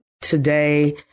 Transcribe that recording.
today